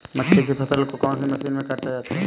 मक्के की फसल को कौन सी मशीन से काटा जाता है?